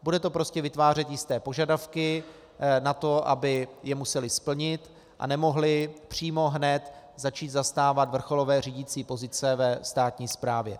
Bude to prostě vytvářet jisté požadavky na to, aby je museli splnit a nemohli přímo hned začít zastávat vrcholové řídicí pozice ve státní správě.